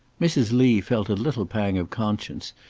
mrs. lee felt a little pang of conscience,